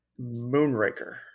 moonraker